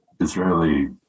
Israeli